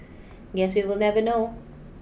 guess we will never know